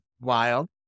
wild